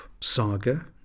saga